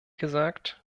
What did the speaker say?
gesagt